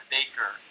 Baker